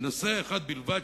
בנושא אחד בלבד,